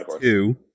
two